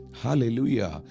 Hallelujah